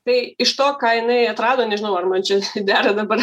tai iš to ką jinai atrado nežinau ar man čia dera dabar